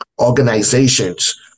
organizations